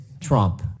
Trump